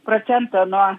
procento nuo